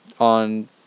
on